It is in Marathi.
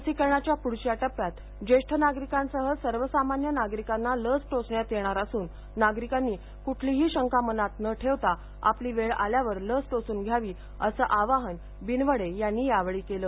लसीकरणाच्या पुढच्या टप्प्यात ज्येष्ठ नागरिकांसह सर्वसामान्य नागरिकांना लस टोचण्यात येणार असून नागरिकांनी कुठलीही शंका मनात न ठेवता आपली वेळ आल्यावर लस टोचून घ्यावी असं आवाहन बिनवडे यांनी यावेळी केलं